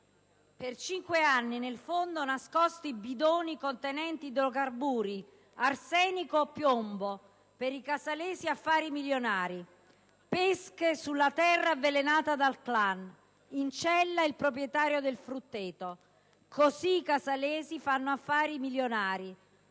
«Per cinque anni nel fondo nascosti bidoni contenenti idrocarburi, arsenico, piombo. Per i casalesi affari milionari». Ancora: «Le pesche sulla terra avvelenata dal clan. In cella il proprietario del frutteto»; «Così i casalesi fanno affari milionari»;